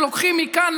שלוקחים מכאן,